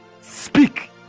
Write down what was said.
Speak